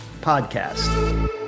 Podcast